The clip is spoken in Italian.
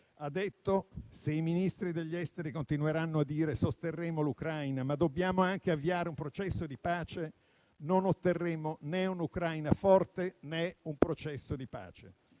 ha detto che, se i ministri degli esteri continueranno a dire che sosterranno l'Ucraina, ma devono anche avviare un processo di pace, non otterremo né un'Ucraina forte, né un processo di pace.